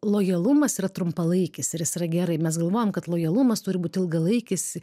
lojalumas yra trumpalaikis ir jis yra gerai mes galvojam kad lojalumas turi būt ilgalaikis